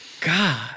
God